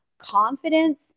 confidence